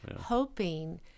hoping